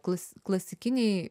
klas klasikiniai